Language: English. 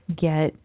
get